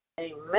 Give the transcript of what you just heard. Amen